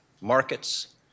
markets